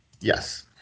yes